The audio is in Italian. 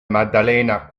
maddalena